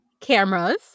Cameras